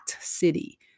city